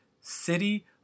City